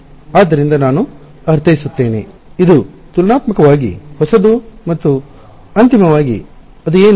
ಆದ್ದರಿಂದ ನಾನು ಅರ್ಥೈಸುತ್ತೇನೆ ಇದು ತುಲನಾತ್ಮಕವಾಗಿ ಹೊಸದು ಮತ್ತು ಅಂತಿಮವಾಗಿ ಅದು ಏನು